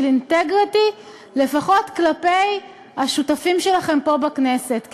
אינטגריטי לפחות כלפי השותפים שלכם פה בכנסת,